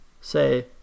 say